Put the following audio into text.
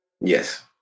yes